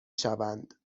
شوند